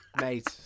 mate